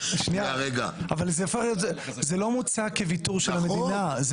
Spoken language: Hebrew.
זה לא מוצג כוויתור של המדינה.